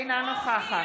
אינה נוכחת